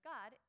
God